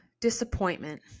disappointment